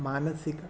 मानसिकं